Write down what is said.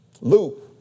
Luke